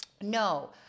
no